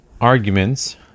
arguments